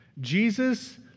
Jesus